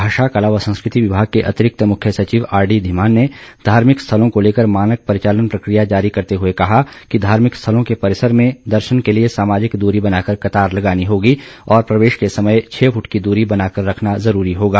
भाषा कला व संस्कृति विभाग के अतिरिक्त मुख्य सचिव आरडी धीमान ने धार्मिक स्थलों को लेकर मानक परिचालन प्रक्रिया जारी करते हए कहा कि धार्मिक स्थलों के परिसर में दर्शन के लिए सामाजिक दूरी बनाकर कतार लगानी होगी और प्रवेश के समय छह फूट की दूरी बनाकर रखना जरूरी होगा